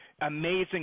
amazing